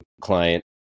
client